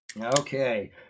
Okay